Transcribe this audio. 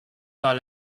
par